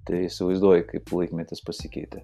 tai įsivaizduoji kaip laikmetis pasikeitė